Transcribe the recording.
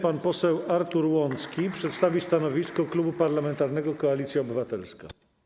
Pan poseł Artur Łącki przedstawi stanowisko Klubu Parlamentarnego Koalicja Obywatelska.